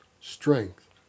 strength